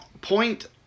point